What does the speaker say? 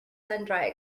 sundry